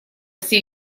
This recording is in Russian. всей